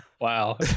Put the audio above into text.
wow